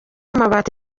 amabati